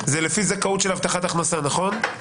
זה לפי זכאות של הבטחת הכנסה, נכון?